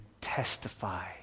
testify